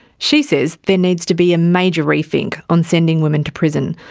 she says there needs to be a major re-think on sending women to prison,